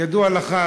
כידוע לך,